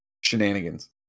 shenanigans